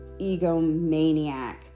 egomaniac